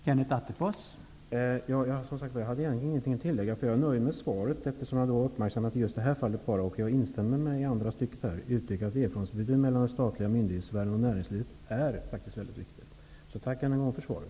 Herr talman! Jag har, som sagt, inget att tillägga, för jag är nöjd med svaret. Jag har ju uppmärksammat bara just det här nämnda fallet. Jag instämmer i vad som sägs i den senae delen i svaret om att ett ökat erfarenhetsutbyte mellan den statliga myndighetssfären och näringslivet är väldigt viktigt. Tack ännu en gång för svaret!